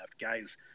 Guys